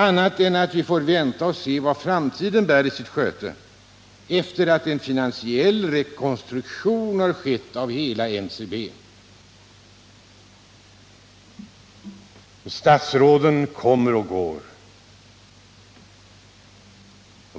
annat änatt vi får vänta och se vad framtiden bär i sitt sköte efter det att en finansiell rekonstruktion har skett av hela NCB. Statsråden kommer och går.